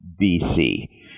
BC